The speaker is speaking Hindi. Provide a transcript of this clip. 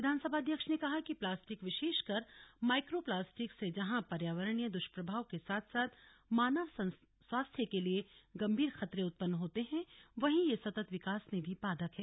विधानसभा अध्यक्ष ने कहा कि प्लास्टिक विशेषकर माइक्रोप्लास्टिक से जहां पर्यावरणीय दृष्प्रभाव के साथ साथ मानव स्वास्थ्य के लिए गंभीर खतरे उत्पन्न होते हैं वहीं यह सतत विकास में भी बाधक है